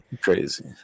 Crazy